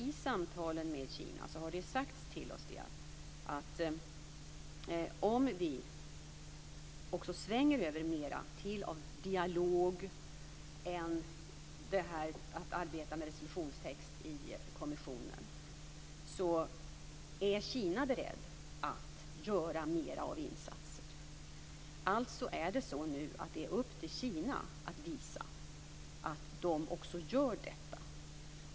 I samtalen med Kina har det sagts till oss att om vi också svänger över mera till dialog, i stället för att arbeta med resolutionstext i kommissionen, är Kina berett att göra mera insatser. Det är nu upp till Kina att visa att man också gör detta.